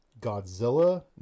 Godzilla